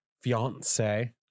fiance